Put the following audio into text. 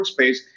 workspace